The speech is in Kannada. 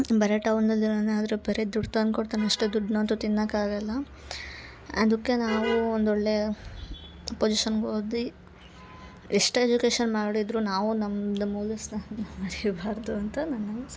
ಬರೇ ಟೌನಲ್ಲಿ ಇರೋನೆ ಆದರೆ ಬರೇ ದುಡ್ಡು ತಂದ್ಕೊಡ್ತಾನೆ ಅಷ್ಟೆ ದುಡ್ನಂತು ತಿನ್ನಕ್ಕಾಗಲ್ಲ ಅದಕ್ಕೆ ನಾವು ಒಂದೊಳ್ಳೆಯ ಪೊಸಿಷನ್ಗ್ ಹೋದಿ ಎಷ್ಟು ಎಜುಕೇಷನ್ ಮಾಡಿದರೂ ನಾವು ನಮ್ದು ಮೂಲಸ್ಥಾನನ ಮರಿಬಾರದು ಅಂತ ನನ್ನ ಅನ್ಸ್